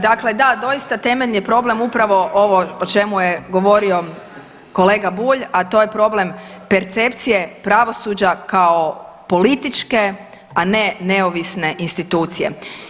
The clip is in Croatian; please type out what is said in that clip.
Dakle, da doista temeljni je problem upravo ovo o čemu je govorio kolega Bulj, a to je problem percepcije pravosuđa kao političke, a ne neovisne institucije.